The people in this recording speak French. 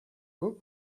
beau